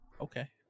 Okay